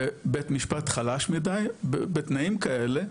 ובית משפט חלש מידי בתנאים כאלה,